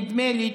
נדמה לי,